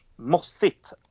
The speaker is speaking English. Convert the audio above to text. Mossit